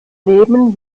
leben